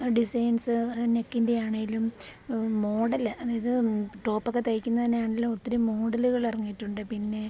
designs നെക്കിൻ്റെ ആണേലും model അതായത് ടോപ്പോക്കെ തയ്ക്കുന്നെന് ആണേലും ഒത്തിരി മോഡലുകള് ഇറങ്ങിയിട്ടുണ്ട് പിന്നെ